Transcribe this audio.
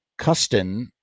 Custon